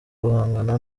guhangana